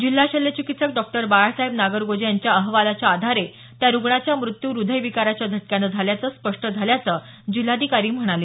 जिल्हा शल्य चिकित्सक डॉक्टर बाळासाहेब नागरगोजे यांच्या अहवालाच्या आधारे त्या रुग्णाचा मृत्यू हृदयविकाराच्या झटक्यानं झाल्याचं स्पष्ट झाल्याचं जिल्हाधिकारी म्हणाले